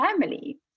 family